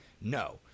no